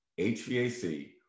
HVAC